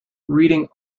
reading